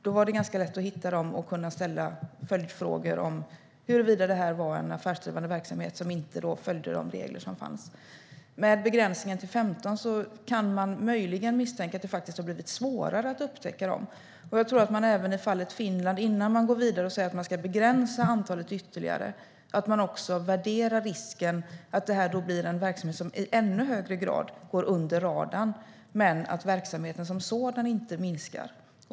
Det var ganska lätt att hitta dem och ställa följdfrågor om huruvida det handlade om en affärsdrivande verksamhet som inte följde de regler som fanns. Med begränsningen till 15 kan man möjligen misstänka att det faktiskt har blivit svårare att upptäcka dem. Innan man går vidare och säger att man ska begränsa antalet ytterligare tror jag att man ska värdera risken att det blir en verksamhet som i ännu högre grad går under radarn men inte minskar.